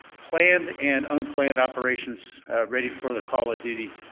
planned and unplanned operations ready for the call of duty.